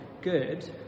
good